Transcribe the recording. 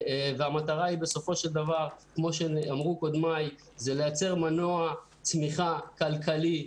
המטרה בסופו של דבר היא לייצר מנוע צמיחה כלכלי,